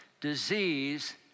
disease